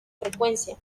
frecuencia